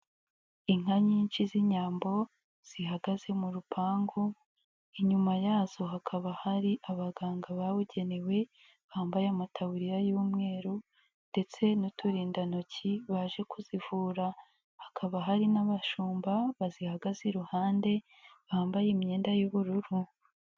Inka nyinshi z'Inyambo zihagaze mu rupangu, inyuma yazo hakaba hari abaganga babugenewe, bambaye amataburiya y'umweru ndetse n'uturindantoki baje kuzivura, hakaba hari n'abashumba bazihagaze iruhande bambaye imyenda y'ubururu.